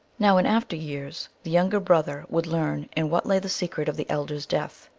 now, in after years, the younger brother would learn in what lay the secret of the elder s death.